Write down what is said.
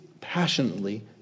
passionately